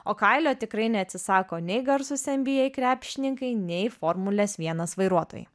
o kailio tikrai neatsisako nei garsūs nba krepšininkai nei formulės vienas vairuotojai